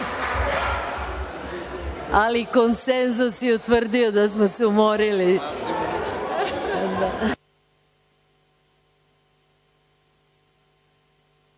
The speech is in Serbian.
ali konsenzus je utvrdio da smo se umorili.